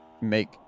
make